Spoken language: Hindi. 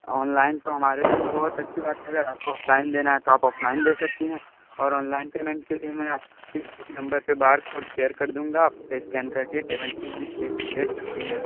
ऑनलाइन तो हमारे लिए भी बहुत अच्छी बात है अगर ऑफ़लाइन देना है तो आप ऑफ़लाइन दे सकती हैं और ऑनलाइन पेमेंट के लिए मैं आपको इसी नंबर पर बारकोड शेयर कर दूंगा और आप स्कैन करके पेमेंट दे दीजिए भेज सकती हैं